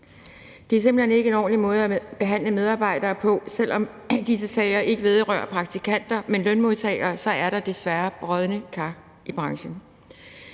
Det er simpelt hen ikke en ordentlig måde at behandle medarbejderne på, og selv om disse sager ikke vedrører praktikanter, men lønmodtagere, er der desværre brodne kar i branchen.